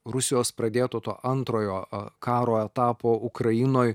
rusijos pradėto to antrojo karo etapo ukrainoj